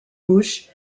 gauche